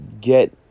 get